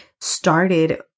started